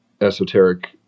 esoteric